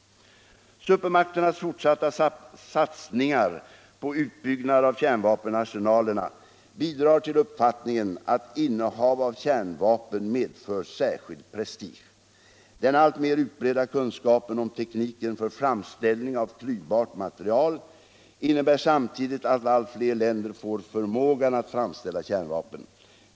Supermakternas fortsatta satsningar på utbyggnad av kärnvapenarsenalerna bidrar till uppfattningen att innehav av kärnvapen medför särskild prestige. Den alltmer utbredda kunskapen om tekniken för framställning av klyvbart material innebär samtidigt att allt fler länder får förmågan att framställa kärnvapen.